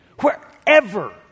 Wherever